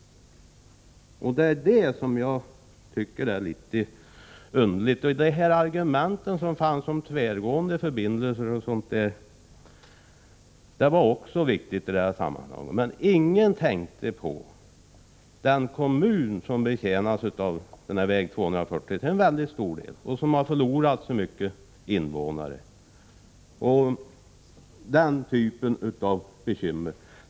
Det tycker jag är litet underligt. Argumenten om tvärgående förbindelser var också viktiga i sammanhanget. Men ingen tänkte på den kommun som till stor del betjänas av väg 240, en kommun som har förlorat så många invånare. Det är ett stort bekymmer.